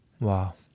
Wow